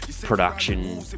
production